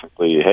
hey